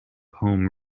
home